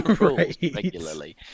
regularly